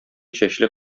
чәчле